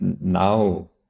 now